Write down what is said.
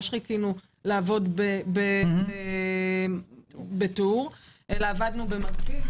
שחיכינו לעבוד בטור אלא עבדנו במקביל,